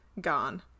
gone